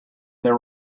there